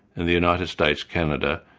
in the united states, canada,